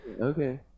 Okay